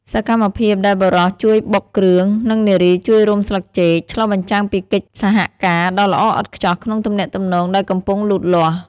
សកម្មភាពដែលបុរសជួយបុកគ្រឿង និងនារីជួយរុំស្លឹកចេក ឆ្លុះបញ្ចាំងពីកិច្ចសហការដ៏ល្អឥតខ្ចោះក្នុងទំនាក់ទំនងដែលកំពុងលូតលាស់។